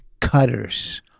cutters